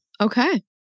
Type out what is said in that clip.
okay